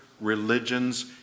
religions